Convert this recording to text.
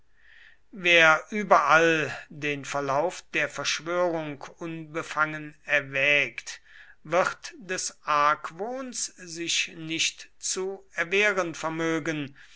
wer überall den verlauf der verschwörung unbefangen erwägt wird des argwohns sich nicht zu erwehren vermögen